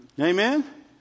Amen